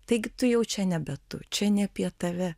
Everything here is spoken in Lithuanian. taigi tu jau čia nebe tu čia ne apie tave